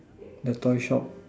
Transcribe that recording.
the toy shop